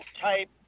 type